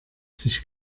sich